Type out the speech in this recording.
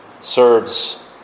serves